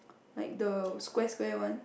like the square square one